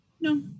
No